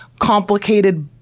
complicated,